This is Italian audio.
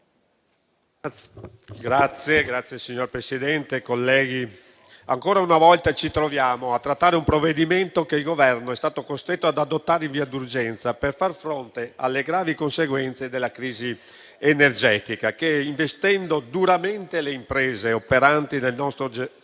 Signor Presidente, ancora una volta ci troviamo a trattare un provvedimento che il Governo è stato costretto ad adottare in via d'urgenza per far fronte alle gravi conseguenze della crisi energetica che, investendo duramente le imprese operanti nel nostro Paese,